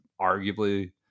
arguably